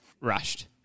rushed